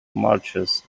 marches